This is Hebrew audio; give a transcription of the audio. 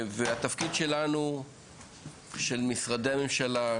התפקיד של משרדי הממשלה,